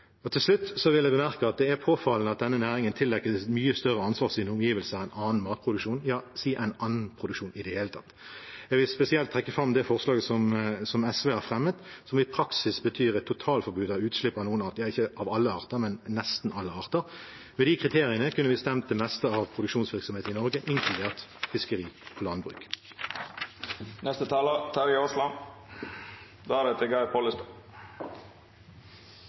videre. Til slutt vil jeg bemerke at det er påfallende at denne næringen tillegges mye større ansvar for sine omgivelser enn annen matproduksjon, ja enn annen produksjon i det hele tatt. Jeg vil spesielt trekke fram det forslaget som SV har fremmet, som i praksis betyr et totalforbud mot utslipp av nesten alle arter. Med de kriteriene kunne vi stengt det meste av produksjonsvirksomheten i Norge, inkludert fiskeri og landbruk.